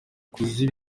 kuziba